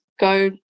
go